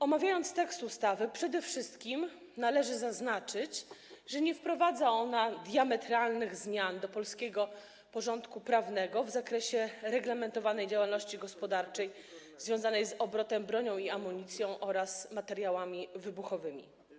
Omawiając tekst ustawy, przede wszystkim należy zaznaczyć, że nie wprowadza ona diametralnych zmian do polskiego porządku prawnego w zakresie reglamentowanej działalności gospodarczej związanej z obrotem bronią i amunicją oraz materiałami wybuchowymi.